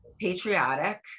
patriotic